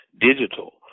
digital